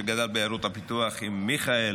שגדל בעיירות הפיתוח עם מיכאל